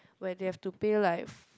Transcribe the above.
where they have to pay like